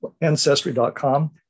ancestry.com